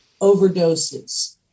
overdoses